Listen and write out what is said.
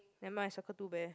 then mine is circle two bear